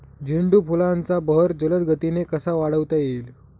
झेंडू फुलांचा बहर जलद गतीने कसा वाढवता येईल?